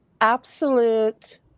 absolute